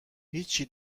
هیچی